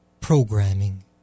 programming